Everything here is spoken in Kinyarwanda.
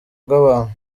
bw’abantu